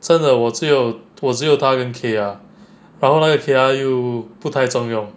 真的我只有我只有他跟 kaeya 然后那个 kaeya 又不太中用